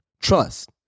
Trust